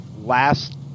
last